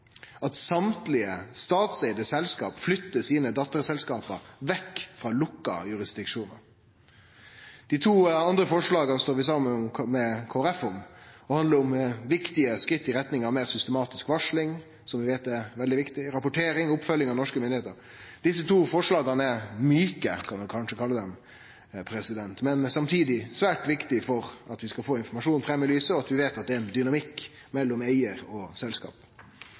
«at samtlige statseide selskap flytter sine datterselskap vekk fra lukkede jurisdiksjoner». Dei to andre forslaga står vi saman med Kristeleg Folkeparti om. Dei handlar om viktige skritt i retning av meir systematisk varsling – som vi veit er veldig viktig – rapportering og oppfølging av norske myndigheiter. Desse to forslaga er mjuke, kan vi kanskje kalle dei, men samtidig svært viktige for at vi skal få informasjon fram i lyset, og at vi veit at det er ein dynamikk mellom eigar og selskap.